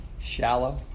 Shallow